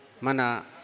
Mana